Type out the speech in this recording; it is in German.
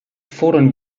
fordern